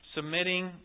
Submitting